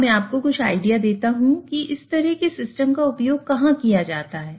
अब मैं आपको कुछ आईडिया देता हूं कि इस तरह के सिस्टम का उपयोग कहां किया जाता है